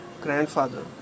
grandfather